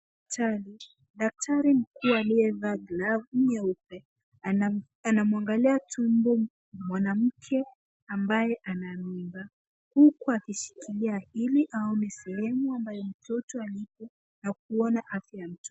Hospitali, daktari mkuu aliyevaa glavu nyeupe anamwangalia tumbo mwanamke ambaye ana mimba huku akishikilia ili aone sehemu mtoto alipo na kuona afya ya mtoto .